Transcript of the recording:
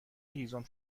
هیزم